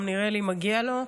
גם נראה לי שמגיע לו.